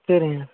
சரிங்க